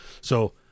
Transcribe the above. So-